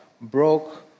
broke